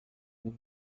rua